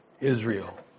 Israel